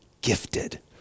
gifted